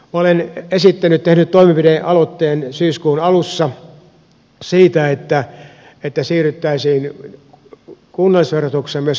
olen tehnyt toimenpidealoitteen syyskuun alussa siitä että siirryttäisiin kunnallisverotuksessa myöskin progressiivisuuteen